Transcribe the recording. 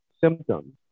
symptoms